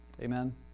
Amen